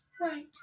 right